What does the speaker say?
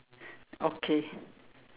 okay